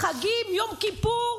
חגים, יום כיפור?